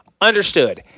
Understood